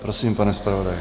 Prosím, pane zpravodaji.